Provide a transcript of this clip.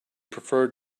preferred